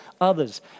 others